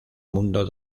mundo